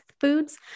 foods